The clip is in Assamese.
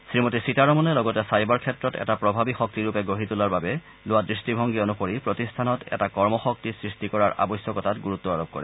শ্ৰীমতী সীতাৰমণে লগতে ছাইবাৰ ক্ষেত্ৰত এটা প্ৰভাৱী শক্তিৰূপে গঢ়ি তোলাৰ বাবে লোৱা দৃষ্টিভংগী অনুসৰি প্ৰতিষ্ঠানত এটা কৰ্মশক্তি সৃষ্টি কৰাৰ আৱশ্যকতাৰ ওপৰত গুৰুত্ব আৰোপ কৰে